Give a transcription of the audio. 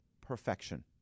perfection